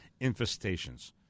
infestations